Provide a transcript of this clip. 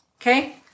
Okay